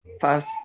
First